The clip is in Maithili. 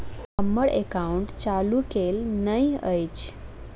हम्मर एकाउंट चालू केल नहि अछि?